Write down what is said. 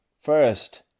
First